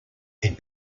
had